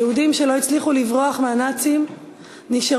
היהודים שלא הצליחו לברוח מהנאצים נשארו